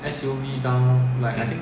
mm